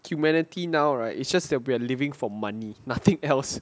humanity now right it's just that we are living for money nothing else